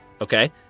Okay